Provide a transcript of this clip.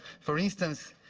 for instance,